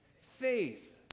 Faith